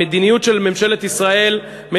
המדיניות של ממשלת ישראל,